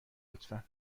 لطفا